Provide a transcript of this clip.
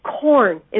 Corn